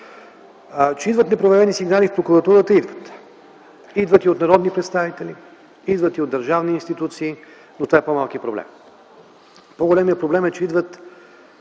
Че идват непроверени сигнали в прокуратурата – идват. Идват и от народни представители, идват и от държавни институции, но това е по-малкият проблем. По-големият проблем е, че идват